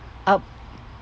up